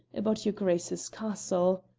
about your grace's castle.